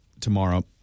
tomorrow